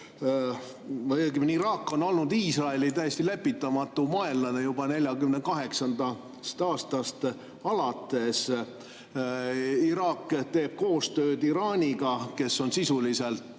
või õigemini Iraak on olnud Iisraeli täiesti lepitamatu vaenlane juba 1948. aastast alates. Iraak teeb koostööd Iraaniga, kes on sisuliselt